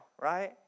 right